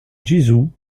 guizhou